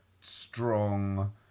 strong